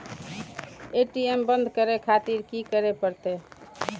ATM बंद करें खातिर की करें परतें?